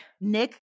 Nick